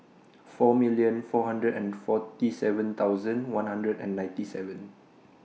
four million four hundred and forty seven thousand one hundred and ninety seven